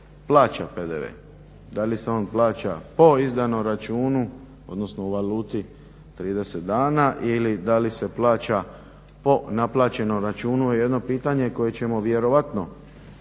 Da li se on plaća po izdanom računu, odnosno u valuti 30 dana ili da li se plaća po naplaćenom računu je jedno pitanje koje ćemo vjerojatno